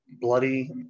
bloody